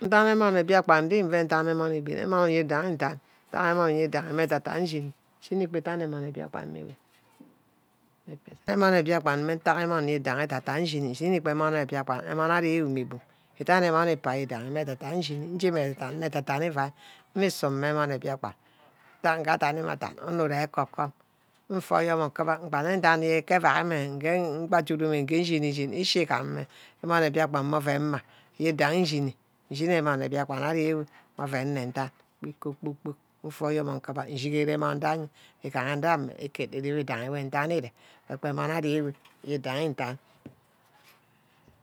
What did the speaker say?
Ndianne emon bíakpan di. amon înep. emon owi dangha indan. ntack amon mbidaha edeˈ́inshini. nshini idan emon biakpan mme bum. emon bîakpan ntack amon mbihaiha íshíní. ishini gbe amon mbiakpan. e dan emon mbi daha ishini nje mme ededan. nne ededan ívaí mmusu mma amon bíakpan íntack nge adanmeadan onor irwe ekom-kom. mfer oyomo nkibiha mbanga nden ekpe euak mme mpaduneme nge nchin-chin ichika eme mme emon mbiakpan ken ne ḿma owor idanihi inshini. ishini emon biakpan mere oven nne ndan. ke iku-kporkpork mfe oyormo nkeba njere aman ewe igaha bah amon ari'ewe. owi danha ndan